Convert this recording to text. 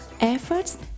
efforts